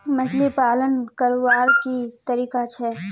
मछली पालन करवार की तरीका छे?